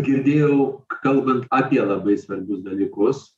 girdėjau kalbant apie labai svarbius dalykus